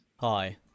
Hi